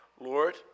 Lord